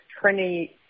Trinity